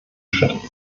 schritt